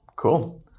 Cool